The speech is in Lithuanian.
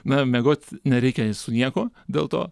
na miegot nereikia nei su niekuo dėl to